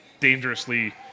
dangerously